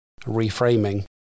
reframing